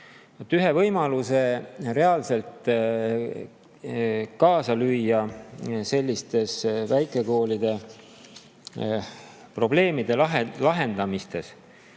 Ühe võimalusena reaalselt kaasa lüüa väikekoolide probleemide lahendamises